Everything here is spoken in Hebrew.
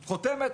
חותמת,